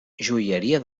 joieria